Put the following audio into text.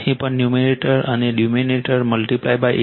અહીં પણ ન્યૂમરેટર અને ડિનોમિનેટર મલ્ટીપ્લાય8